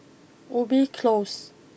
Ubi close